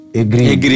agree